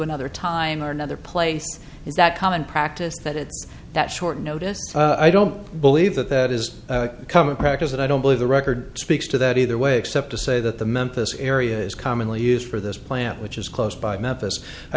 another time or another place is that common practice that it's that short notice i don't believe that that is common practice and i don't believe the record speaks to that either way except to say that the memphis area is commonly used for this plant which is close by memphis